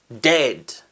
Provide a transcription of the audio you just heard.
dead